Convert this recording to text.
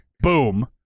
boom